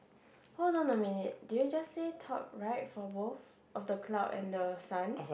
hold on a minute did you just say top right for both of the cloud and the sun